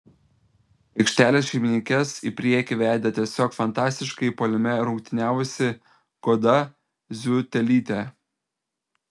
aikštelės šeimininkes į priekį vedė tiesiog fantastiškai puolime rungtyniavusi goda ziutelytė